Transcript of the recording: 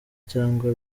cyangwa